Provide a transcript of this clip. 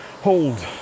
hold